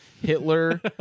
Hitler